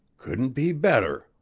couldn't be better,